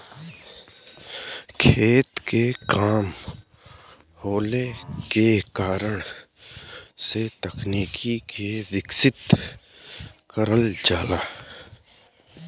खेत के कम होले के कारण से तकनीक के विकसित करल जाला